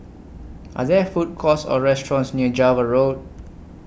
Are There Food Courts Or restaurants near Java Road